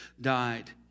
Died